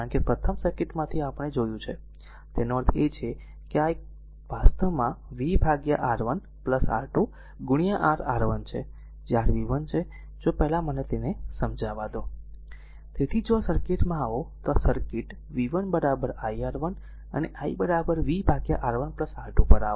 કારણ કે પ્રથમ સર્કિટમાંથી આપણે જોયું છે તેનો અર્થ એ છે કે r આ એક વાસ્તવમાં v ભાગ્યા R1 R2 r R1છે જે r v 1 છે જો પહેલા મને તેને સમજાવા દો તેથી જો આ સર્કિટમાં આવો તો આ સર્કિટ v 1 i R1 અને i v R1 R2 પર આવો